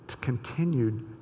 continued